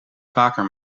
vaker